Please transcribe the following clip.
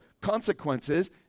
consequences